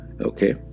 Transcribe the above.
Okay